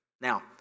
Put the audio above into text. Now